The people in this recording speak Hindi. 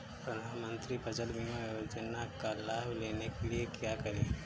प्रधानमंत्री फसल बीमा योजना का लाभ लेने के लिए क्या करें?